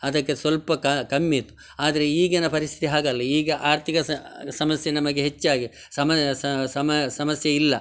ಅದಕ್ಕೆ ಸ್ವಲ್ಪ ಕಮ್ಮಿಯಿತ್ತು ಆದರೆ ಈಗಿನ ಪರಿಸ್ಥಿತಿ ಹಾಗಲ್ಲ ಈಗ ಆರ್ಥಿಕ ಸಮಸ್ಯೆ ನಮಗೆ ಹೆಚ್ಚಾಗಿ ಸಮಸ್ಯೆಯಿಲ್ಲ